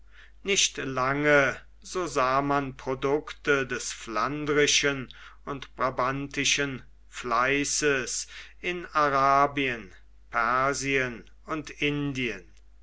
nicht lange so sah man produkte des flandrischen und brabantischen fleißes in arabien persien und indien